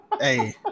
hey